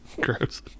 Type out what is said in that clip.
gross